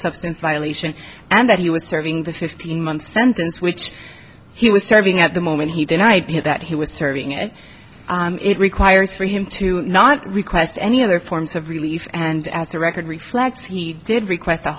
substance violation and that he was serving the fifteen month sentence which he was serving at the moment he denied that he was serving it it requires for him to not request any other forms of relief and as a record reflects he did request